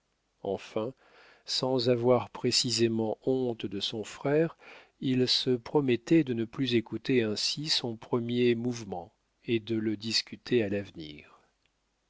enfin sans avoir précisément honte de son frère il se promettait de ne plus écouter ainsi son premier mouvement et de le discuter à l'avenir